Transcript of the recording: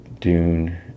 Dune